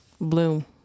bloom